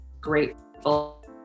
grateful